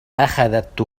أخذت